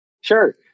Sure